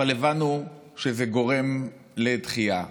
אבל הבנו שזה גורם לדחייה.